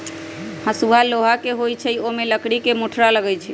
हसुआ लोहा के होई छई आ ओमे लकड़ी के मुठरा लगल होई छई